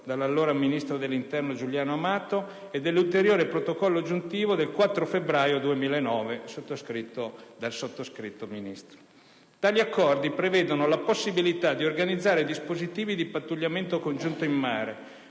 dall'allora ministro dell'interno Giuliano Amato e dell'ulteriore Protocollo aggiuntivo del 4 febbraio 2009, da me sottoscritto. Tali accordi prevedono la possibilità di organizzare dispositivi di pattugliamento congiunto in mare,